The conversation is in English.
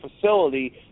facility